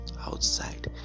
Outside